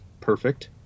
perfect